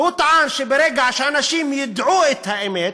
והוא טען שברגע שאנשים ידעו את האמת,